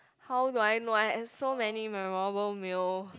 how do I know I had so many memorable meal